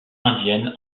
indienne